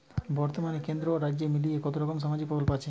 বতর্মানে কেন্দ্র ও রাজ্য মিলিয়ে কতরকম সামাজিক প্রকল্প আছে?